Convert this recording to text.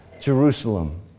Jerusalem